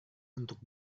untuk